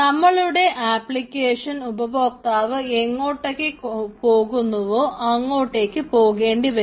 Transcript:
നമ്മളുടെ ആപ്ലിക്കേഷൻ ഉപദോക്താവ് എങ്ങോട്ടൊക്കെ പോകുന്നുവോ അങ്ങോട്ടേക്ക് പോകേണ്ടി വരും